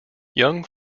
young